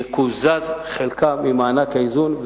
יקוזז חלקה ממענק האיזון,